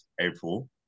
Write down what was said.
April